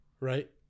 Right